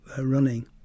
running